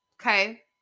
Okay